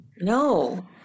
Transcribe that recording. No